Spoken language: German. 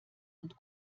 und